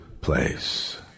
place